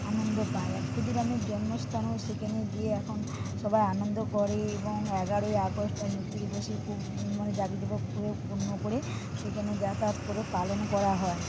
আনন্দ পায় আর ক্ষুদিরামের জন্মস্থানেও সেখানে গিয়ে এখন সবাই আনন্দ করে এবং এগারোই আগস্ট তার মৃত্যু দিবসে খুব মানে দাবিদাবা করে পূর্ণ করে সেখানে যাতায়াত করে পালন করা হয়